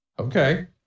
Okay